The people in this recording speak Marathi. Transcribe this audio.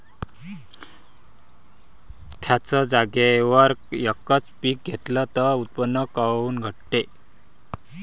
थ्याच जागेवर यकच पीक घेतलं त उत्पन्न काऊन घटते?